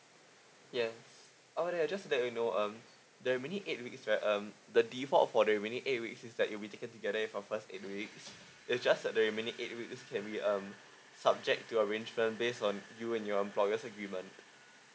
yes oh I will just let you know um the remaining eight weeks where um the default of for the remaining eight weeks is that it will be taken together it from first eight weeks it's just that the remaining eight weeks can be um subject to arrangement based on you and your employer's agreement